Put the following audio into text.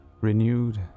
Renewed